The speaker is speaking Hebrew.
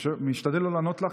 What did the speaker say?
אני משתדל לא לענות לך,